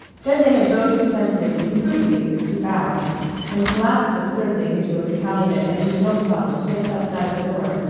then they had both attempted, imprudently, to bow and collapsed absurdly into a battalion of empty milk bottles just outside the door.